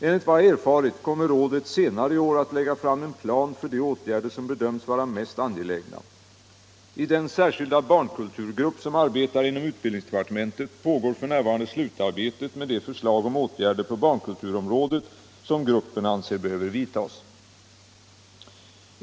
Enligt vad jag har erfarit kommer rådet senare i år att lägga fram en plan för de åtgärder som bedöms vara mest angelägna. I den särskilda barnkulturgrupp som arbetar inom utbildningsdepartementet pågår f. n. slutarbetet med de förslag om åtgärder på barnkulturområdet som gruppen anser behöver vidtas.